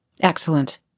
Excellent